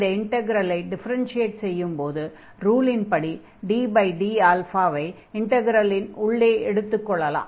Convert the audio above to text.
இந்த இன்டக்ரலை டிஃபெரென்ஷியேட் செய்யும்போது ரூலின் படி dd ஐ இன்டக்ரலின் உள்ளே எடுத்துக் கொள்ளலாம்